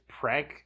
prank